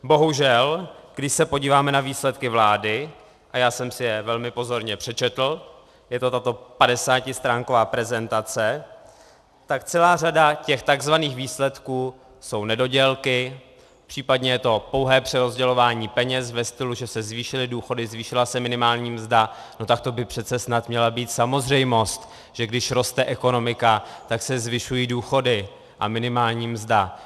Bohužel, když se podíváme na výsledky vlády, a já jsem si je velmi pozorně přečetl, je to tato 50stránková prezentace, tak celá řada těch tzv. výsledků jsou nedodělky, případně je to pouhé přerozdělování peněz ve stylu, že se zvýšily důchody, zvýšila se minimální mzda no tak to by přece snad měla být samozřejmost, že když roste ekonomika, tak se zvyšují důchody a minimální mzda.